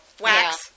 wax